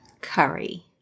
Curry